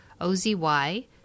OZY